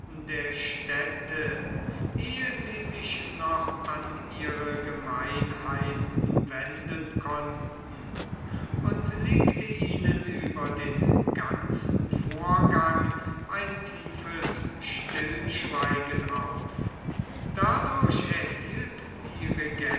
der städte ehe sie sich noch an ihre gemeinheiten wenden konnten und legte ihnen über den ganzen vorgang ein tiefes stillschweigen auf dadurch erhielt die